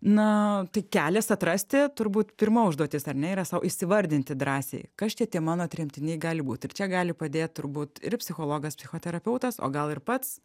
na tai kelias atrasti turbūt pirma užduotis ar ne yra sau įsivardinti drąsiai kas čia tie mano tremtiniai gali būti ir čia gali padėt turbūt ir psichologas psichoterapeutas o gal ir pats